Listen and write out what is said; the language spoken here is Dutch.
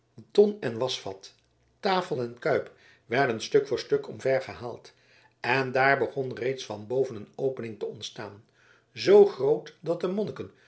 ton en waschvat tafel en kuip werden stuk voor stuk omvergehaald en daar begon reeds van boven een opening te ontstaan zoo groot dat de monniken